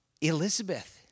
Elizabeth